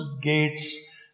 Gates